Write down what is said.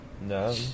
No